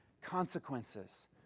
Consequences